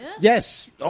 yes